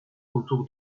autour